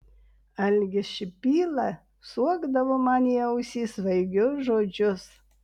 algis šipyla suokdavo man į ausį svaigius žodžius